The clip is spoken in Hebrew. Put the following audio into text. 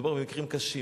מדובר במקרים קשים.